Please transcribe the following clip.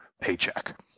paycheck